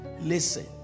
Listen